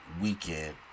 weekend